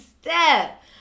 step